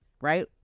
right